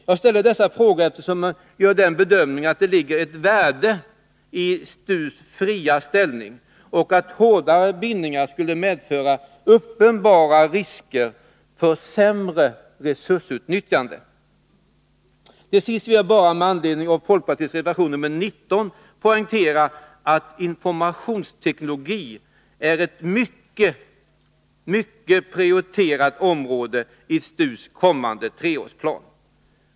Jag ställer dessa frågor eftersom jag gör den bedömningen att det ligger ett värde i STU:s fria ställning öch anser att hårdare bindningar skulle medföra uppenbara risker för sämre resursutnyttjande. Till sist vill jag bara med anledning av folkpartiets reservation nr 19 poängtera att informationsteknologi är ett mycket prioriterat område i STU:s kommande treårsplan.